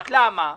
למה?